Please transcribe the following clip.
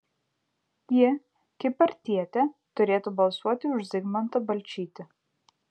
ji kaip partietė turėtų balsuoti už zigmantą balčytį